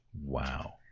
Wow